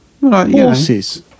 horses